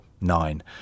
nine